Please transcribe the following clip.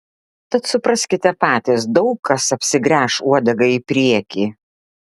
tad supraskite patys daug kas apsigręš uodega į priekį